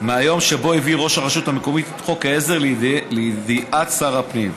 מהיום שבו הביא ראש הרשות המקומית את חוק העזר לידיעת שר הפנים,